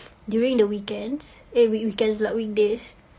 during the weekends eh weekends pula weekdays